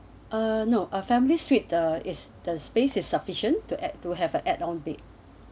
uh no uh family suite is the space is sufficient to add to have an add on bed